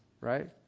right